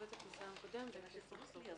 ותק, ניסיון קודם ומחזור כספי.